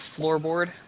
floorboard